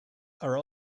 are